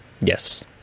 Yes